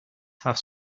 have